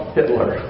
Hitler